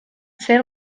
zer